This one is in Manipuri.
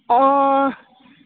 ꯑꯣ